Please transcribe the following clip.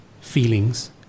feelings